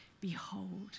behold